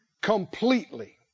Completely